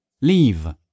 leave